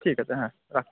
ঠিক আছে হ্যাঁ রাখি